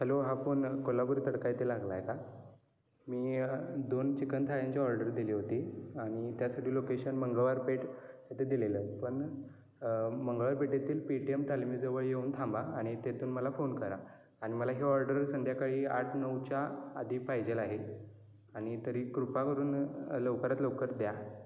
hello हा phone Kolhapur Tadka येथे लागला आहे का मी दोन चिकन थाळ्यांची ऑर्डर दिली होती आणि त्यासाठी लोकेशन मंगळवार पेठ इथं दिलेलं पण मंगळवार पेठेतील पेटीएम तालमीजवळ येऊन थांबा आणि तेथून मला फोन करा आण मला ही ऑर्डर संध्याकाळी आठ नऊच्या आधी पाईजेल आहे आणि तरी कृपा करून लवकरात लवकर द्या